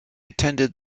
attended